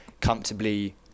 comfortably